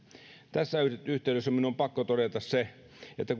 tässä yhteydessä minun on pakko todeta se että